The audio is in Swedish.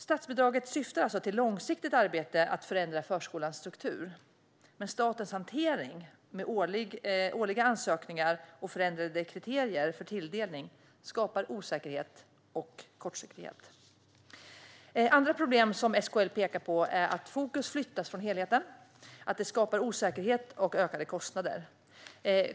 Statsbidraget syftar alltså till ett långsiktigt arbete för att förändra förskolans struktur, men statens hantering med årliga ansökningar och förändrade kriterier för tilldelning skapar osäkerhet och kortsiktighet. Andra problem som SKL pekar på är att fokus flyttas från helheten och att det skapar osäkerhet och ökade kostnader.